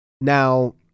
now